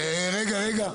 רגע רגע,